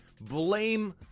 Blame